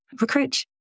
recruit